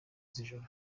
z’ijoro